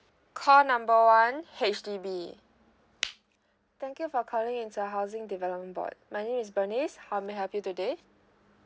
call number one H_D_B thank you for calling it's a housing development board my name is bernice how may I help you today